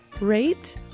rate